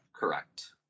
Correct